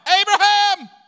Abraham